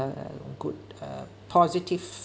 a good uh positive